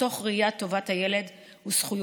מתוך ראייה של טובת הילד וזכויותיו,